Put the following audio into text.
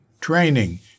training